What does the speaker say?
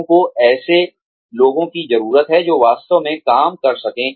लोगों को ऐसे लोगों की जरूरत है जो वास्तव में काम कर सकें